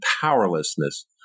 powerlessness